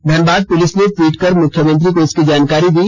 Dhanbad police ने tweet कर मुख्यमंत्री को इसकी जानकारी दी